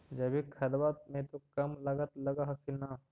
जैकिक खदबा मे तो कम लागत लग हखिन न?